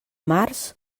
març